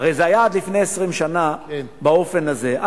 הרי זה היה עד לפני 20 שנה באופן הזה.